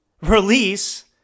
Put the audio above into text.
release